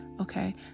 Okay